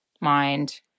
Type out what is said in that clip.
mind